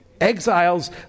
Exiles